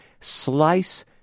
slice